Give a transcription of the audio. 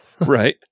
right